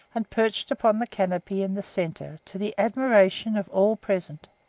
and perched upon the canopy in the centre to the admiration of all present.